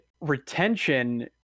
retention